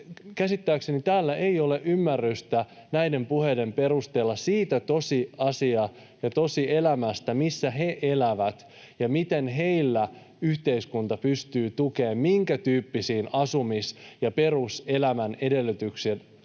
Käsittääkseni täällä ei ole ymmärrystä näiden puheiden perusteella siitä tosielämästä, missä he elävät ja miten heitä yhteiskunta pystyy tukemaan ja minkä tyyppisiin asumisen ja peruselämänedellytyksien